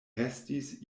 restis